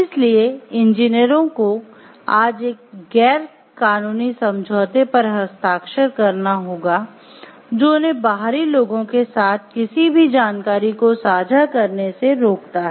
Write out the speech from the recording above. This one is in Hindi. इसलिए इंजीनियरों को आज एक गैर कानूनी समझौते पर हस्ताक्षर करना होगा जो उन्हें बाहरी लोगों के साथ किसी भी जानकारी को साझा करने से रोकता है